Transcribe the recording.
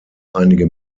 einige